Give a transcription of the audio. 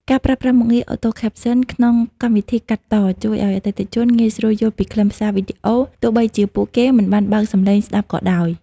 ការប្រើប្រាស់មុខងារ Auto Caption ក្នុងកម្មវិធីកាត់ត ជួយឱ្យអតិថិជនងាយស្រួលយល់ពីខ្លឹមសារវីដេអូ ទោះបីជាពួកគេមិនបានបើកសំឡេងស្ដាប់ក៏ដោយ។